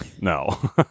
No